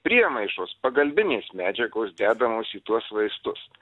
priemaišos pagalbinės medžiagos dedamos į tuos vaistus